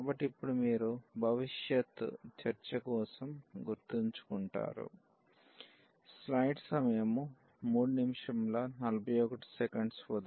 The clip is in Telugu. కాబట్టి ఇప్పుడు మీరు భవిష్యత్తు చర్చ కోసం గుర్తుంచుకుంటారు